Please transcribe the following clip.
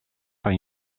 van